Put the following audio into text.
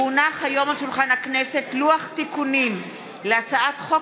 כי הונח היום על שולחן הכנסת לוח תיקונים להצעת חוק